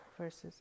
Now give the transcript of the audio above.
versus